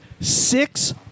six